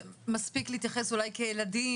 שמספיק אולי להספיק להתייחס אליכם כילדים,